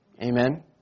Amen